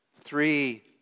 three